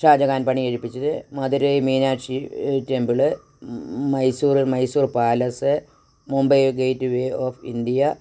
ഷാജഹാൻ പണി കഴിപ്പിച്ചത് Madurai Meenakshi temple Mysore Mysore palace Mumbai gateway of India